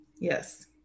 Yes